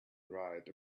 right